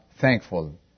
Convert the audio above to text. thankful